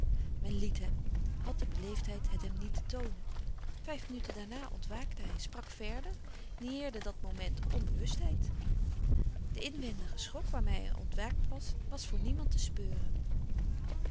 men liet hem had de beleefdheid het hem niet te toonen vijf minuten daarna ontwaakte hij sprak verder nieerde dat moment onbewustheid de inwendige schok waarmeê hij ontwaakt was was voor niemand te speuren